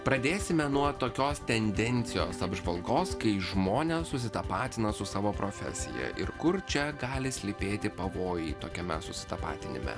pradėsime nuo tokios tendencijos apžvalgos kai žmonės susitapatina su savo profesija ir kur čia gali slypėti pavojai tokiame susitapatinime